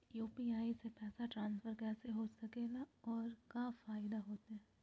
UPI से पैसा transfer कैसे हो सके ला और का फायदा होएत?